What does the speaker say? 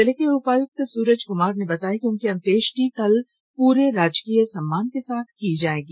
जिले के उपायुक्त सूरज कुमार ने बताया कि उनकी अंत्येष्टि कल पूरे राजकीय सम्मान के साथ की जाएगी